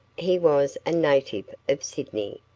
he was a native of sydney,